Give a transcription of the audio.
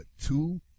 two